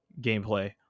gameplay